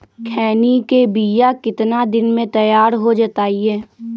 खैनी के बिया कितना दिन मे तैयार हो जताइए?